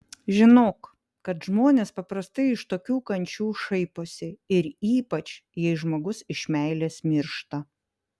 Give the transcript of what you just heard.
žinok kad žmonės paprastai iš tokių kančių šaiposi ir ypač jei žmogus iš meilės miršta